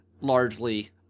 largely